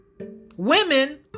women